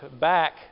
back